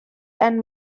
and